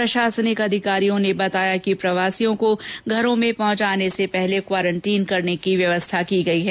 प्रशासनिक अधिकारियों ने बताया कि प्रवासियों को घरों में पहुंचाने से पहले उन्हें क्वारंटीन करने की व्यवस्था की गई है